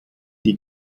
die